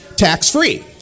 tax-free